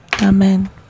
Amen